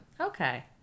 Okay